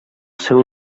seu